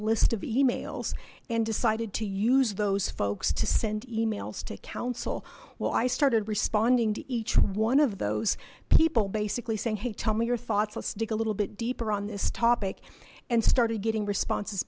list of emails and decided to use those folks to send emails to council well i started responding to each one of those people basically saying hey tell me your thoughts let's dig a little bit deeper on this topic and started getting responses